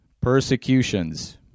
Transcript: persecutions